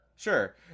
Sure